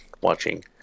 watching